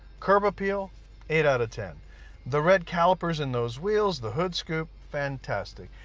curb, appeal eight out of ten the red calipers in those wheels the hood scoop fantastic,